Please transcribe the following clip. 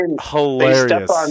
hilarious